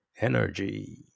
energy